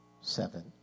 seven